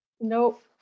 Nope